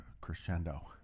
crescendo